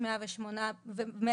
יש 108 פנימיות,